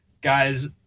Guys